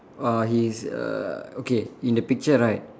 uh he's err okay in the picture right